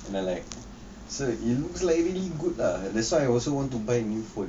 and then like so it's look like really good ah that's why I also want to buy new phone